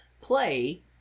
play